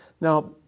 Now